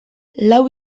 lau